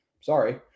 Sorry